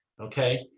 Okay